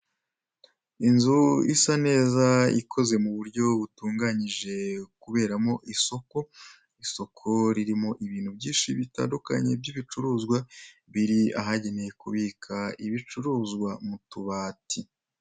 Inzu isa neza ikoze mu buryo butunganyije kubera mo isoko, isoko ririmo ibintu byinshi bitandukanye by'ibicuruzwa biri ahabugenewe kubika ibicuruzwa mu tubati.